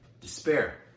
Despair